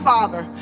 Father